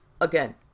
again